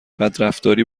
بدرفتاری